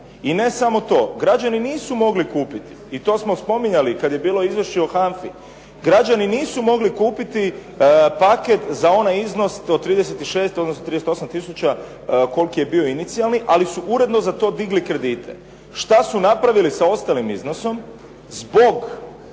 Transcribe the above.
I ne samo to, građani nisu mogli kupiti i to smo spominjali kad je bilo Izvješće o HANFA-i, građani nisu mogli kupiti paket za onaj iznos do 36 odnosno 38 tisuća koliki je bio inicijalni, ali su uredno za to digli kredite. Šta su napravili sa ostalim iznosom